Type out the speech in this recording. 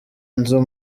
inzu